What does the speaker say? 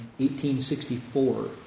1864